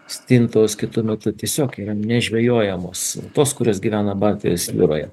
stintos kitu metu tiesiog yra nežvejojamos tos kurios gyvena baltijos jūroje